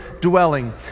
dwelling